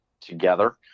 together